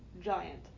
giant